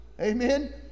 Amen